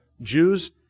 Jews